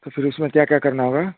तो फ़िर उसमें क्या क्या करना होगा